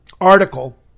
article